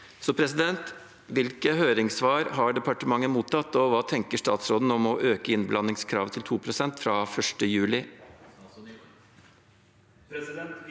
økte utslipp. Hvilke høringssvar har departementet mottatt, og hva tenker statsråden om å øke innblandingskravet til 2 pst. fra 1. juli?